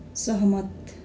सहमत